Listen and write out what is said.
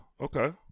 okay